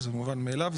זה מובן מאליו,